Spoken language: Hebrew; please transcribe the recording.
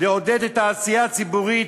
לעודד את העשייה הציבורית,